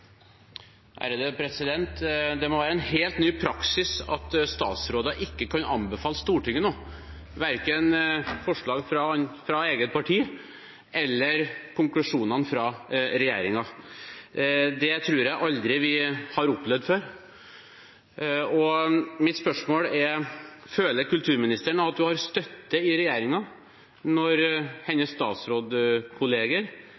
må være en helt ny praksis at statsråder ikke kan anbefale Stortinget noe, verken forslag fra eget parti eller konklusjonene fra regjeringen. Det tror jeg vi aldri har opplevd før, og mitt spørsmål er: Føler kulturministeren at hun har støtte i regjeringen når